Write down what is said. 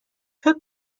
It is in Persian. فکر